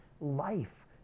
life